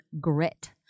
grit